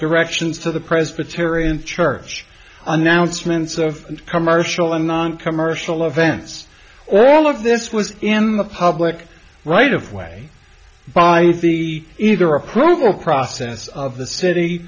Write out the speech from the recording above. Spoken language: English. directions to the presbyterian church announcements of commercial and noncommercial events all of this was in the public right of way by the either approval process of the city